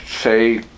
say